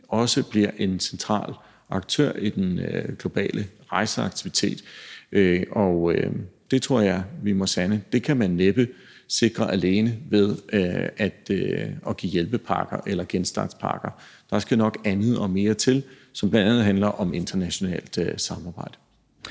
også bliver en central aktør i den globale rejseaktivitet. Og det tror jeg vi må sande at man næppe kan sikre alene ved at give hjælpepakker eller genstartspakker. Der skal nok andet og mere til, som bl.a. handler om internationalt samarbejde.